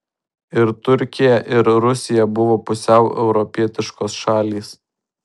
ir turkija ir rusija buvo pusiau europietiškos šalys